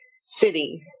city